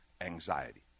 anxiety